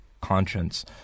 conscience